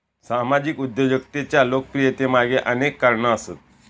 सामाजिक उद्योजकतेच्या लोकप्रियतेमागे अनेक कारणा आसत